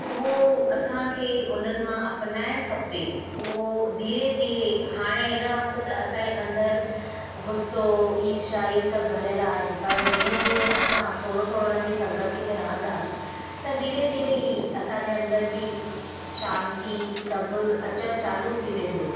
उहो असांखे उन्हनि मां अपनाइणु खपे उहो धीरे धीरे हाणे हिन वक़्तु त असांजे अंदरि गुसो ईर्ष्या इहे सभु भरियलु आहिनि पर जीअं जीअं असां थोरो थोरो हुननि जी संगति में रहंदासीं त धीरे धीरे ई असांजे अंदरि बि शांती सब्रु अचणु चालू थी वेंदो